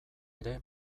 ere